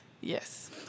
Yes